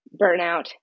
burnout